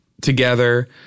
together